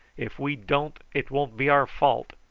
if we don't, it won't be our fault.